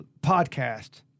podcast